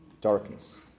darkness